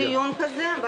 אנחנו נשמח לדיון כזה.